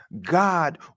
God